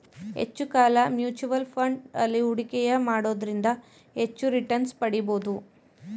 ಹೆಚ್ಚು ಕಾಲ mutual fund ಅಲ್ಲಿ ಹೂಡಿಕೆಯ ಮಾಡೋದ್ರಿಂದ ಹೆಚ್ಚು ರಿಟನ್ಸ್ ಪಡಿಬೋದು